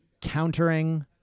countering